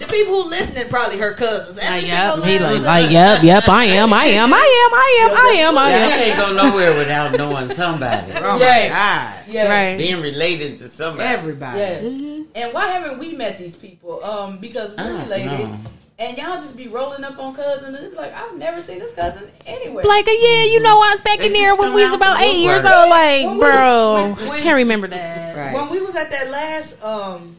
The people who listening probably her cousins. Every Like, single yep, he last like, like, cousin. yep, yep, I am, I am, I am, I am, I am, I am, I Y'all am. can't go nowhere without knowing somebody. Oh my Yes, God. yes. Right. Being related to somebody. Everybody. Yes. Mhm. And why haven't we met these people? Um, because we I don't related, know. and y'all just be rolling up on cousins, and it's like, I've never seen this cousin anywhere. Blake, yeah, you Mhm. know I was back They in just there when come we was out the about eight years woodwork. old, Yeah, like, when we- bro. when- Can't remember the- when- Right. when we was at that last, um,